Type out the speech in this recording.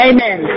Amen